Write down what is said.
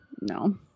No